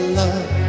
love